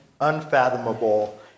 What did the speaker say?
unfathomable